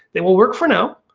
it will work for now,